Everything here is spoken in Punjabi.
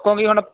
ਹੁਣ